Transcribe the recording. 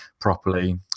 properly